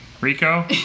Rico